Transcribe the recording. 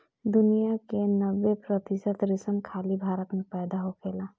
दुनिया के नब्बे प्रतिशत रेशम खाली भारत में पैदा होखेला